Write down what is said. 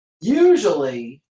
usually